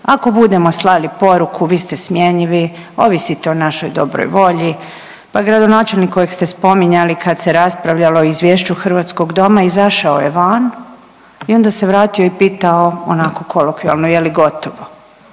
Ako budemo slali poruku vi ste smjenjivi, ovisite o našoj dobroj volji, pa gradonačelnik kojeg ste spominjali kad se raspravljalo o izvješću Hrvatskog doma izašao je van i onda se vratio i pitao onako kolokvijalno je li gotovo.